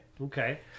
Okay